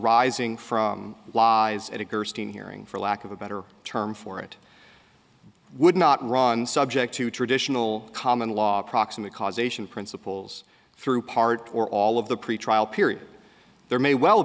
rising from lies at a gerstein hearing for lack of a better term for it would not run subject to traditional common law proximate cause ation principles through part or all of the pretrial period there may well